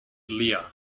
lear